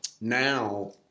now